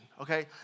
okay